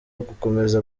gukomeza